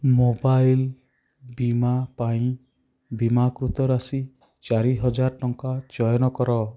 mobile ବୀମା ପାଇଁ ବୀମାକୃତ ରାଶି ଚାରିହଜାର ଟଙ୍କା ଚୟନ କର